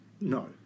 No